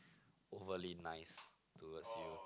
overly nice towards you